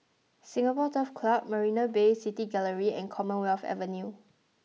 Singapore Turf Club Marina Bay City Gallery and Commonwealth Avenue